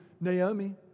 Naomi